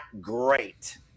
great